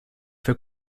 für